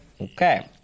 Okay